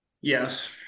Yes